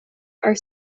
are